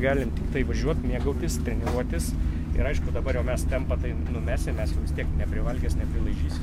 galim tiktai važiuot mėgautis treniruotis ir aišku dabar jau mes tempą tai numesim me vis tiek neprivalgęs neprilaižysi